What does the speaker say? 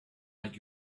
make